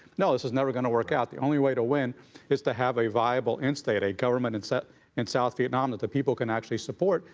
no, this is never going to work out, the only way to win is to have a viable instate, a government and in and south vietnam that the people can actually support.